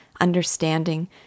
understanding